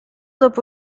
dopo